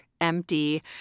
empty